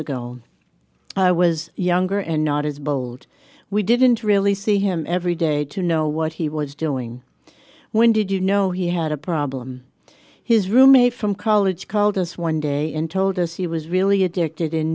ago i was younger and not as bold we didn't really see him every day to know what he was doing when did you know he had a problem his roommate from college called us one day and told us he was really addicted